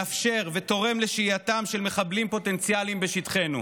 מאפשר ותורם לשהייתם של מחבלים פוטנציאליים בשטחנו.